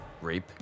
Rape